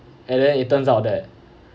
and then it turns out that